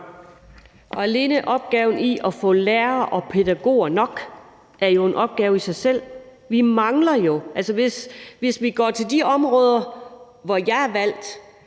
Alene opgaven med at få lærere og pædagoger nok er jo en opgave i sig selv. Hvis vi går til de områder, hvor jeg er valgt,